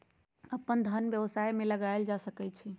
अप्पन धन व्यवसाय में लगायल जा सकइ छइ